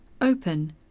Open